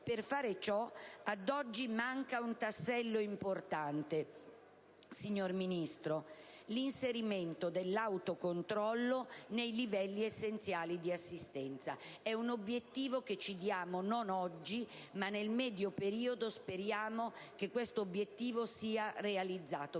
Per fare ciò, ad oggi manca un tassello importante, signor Ministro: l'inserimento dell'autocontrollo nei livelli essenziali di assistenza. È un obiettivo che ci diamo, non oggi ma nel medio periodo. Speriamo che questo obiettivo sia realizzato,